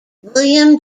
william